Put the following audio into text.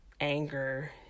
anger